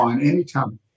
anytime